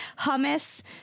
Hummus